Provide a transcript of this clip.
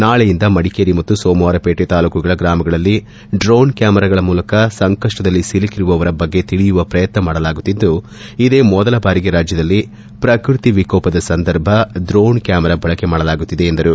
ನಾಳೆಯಿಂದ ಮಡಿಕೇರಿ ಮತ್ತು ಸೋಮವಾರಪೇಟೆ ತಾಲೂಕುಗಳ ಗ್ರಾಮಗಳಲ್ಲಿ ಡ್ರೋಣ್ ಕ್ಯಾಮಾರಗಳ ಮೂಲಕ ಸಂಕಪ್ಪದಲ್ಲಿ ಸಿಲುಕಿರುವವರ ಬಗ್ಗೆ ತಿಳಿಯುವ ಪ್ರಯತ್ನ ಮಾಡಲಾಗುತ್ತಿದ್ದು ಇದೇ ಮೊದಲ ಬಾರಿಗೆ ರಾಜ್ಯದಲ್ಲಿ ಪ್ರಕೃತಿ ವಿಕೋಪದ ಸಂದರ್ಭ ಡ್ರೋಣ್ ಕ್ಲಾಮರ ಬಳಕೆ ಮಾಡಲಾಗುತ್ತಿದೆ ಎಂದರು